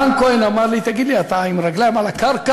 רן כהן אמר לי: תגיד לי, אתה עם רגליים על הקרקע?